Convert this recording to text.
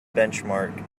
benchmark